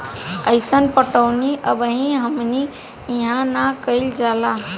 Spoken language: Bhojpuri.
अइसन पटौनी अबही हमनी इन्हा ना कइल जाला